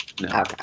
no